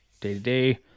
day-to-day